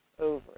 over